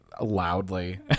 loudly